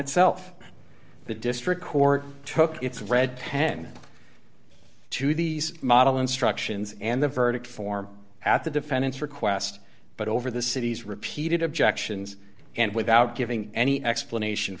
itself the district court took its red pen to these model instructions and the verdict form at the defendant's request but over the city's repeated objections and without giving any explanation